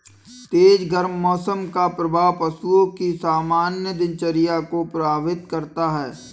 तेज गर्म मौसम का प्रभाव पशुओं की सामान्य दिनचर्या को प्रभावित करता है